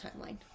timeline